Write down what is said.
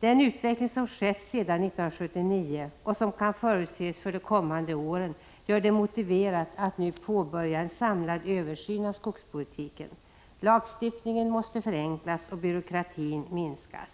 Den utveckling som skett sedan 1979 och som kan förutses för de kommande åren gör det motiverat att nu påbörja en samlad översyn av skogspolitiken. Lagstiftningen måste förenklas och byråkratin minskas.